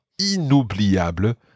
inoubliable